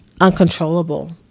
uncontrollable